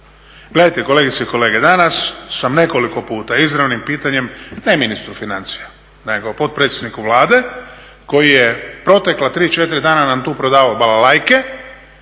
Gledajte kolegice i kolege, danas sam nekoliko puta izravnim pitanjem, ne ministru financija, nego potpredsjedniku Vlade koji je protekla 3, 4 dana nam tu prodavao balalajke,